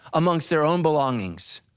amongst their own belongings.